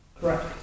Correct